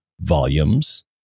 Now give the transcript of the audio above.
volumes